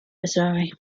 missouri